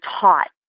taught